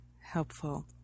helpful